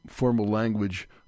language